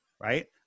right